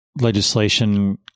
legislation